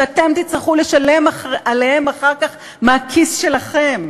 שאתם תצטרכו לשלם עליהם אחר כך מהכיס שלכם,